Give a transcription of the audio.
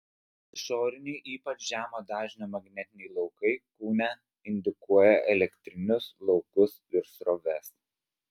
išoriniai ypač žemo dažnio magnetiniai laukai kūne indukuoja elektrinius laukus ir sroves